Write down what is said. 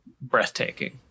breathtaking